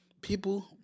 People